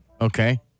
Okay